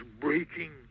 breaking